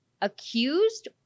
accused